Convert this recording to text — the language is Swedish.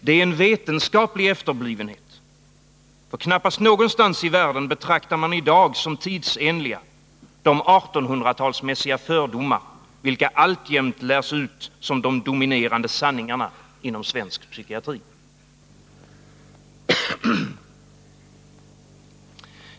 Det är en vetenskaplig efterblivenhet, för knappast någonstans i världen betraktar man i dag som tidsenliga de 1800-talsmässiga fördomar vilka alltjämt lärs ut som de dominerande sanningarna inom svensk psykiatri.